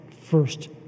first